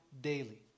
daily